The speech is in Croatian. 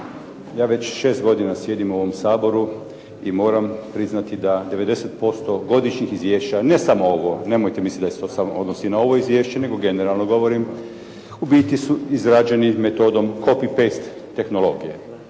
ja već 6 godina sjedim u ovom Saboru i moram priznati da 90% godišnjih izvješća, ne samo ovo, nemojte misliti da se to samo odnosi na ovo izvješće nego generalno govorim, u biti su izrađeni metodom "copy-paste" tehnologije.